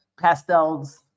pastels